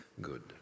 Good